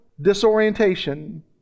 disorientation